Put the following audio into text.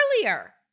earlier